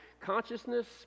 consciousness